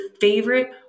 favorite